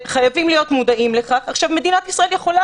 חייבים להיות מודעים לכך שעכשיו מדינת ישראל יכולה